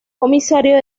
comisario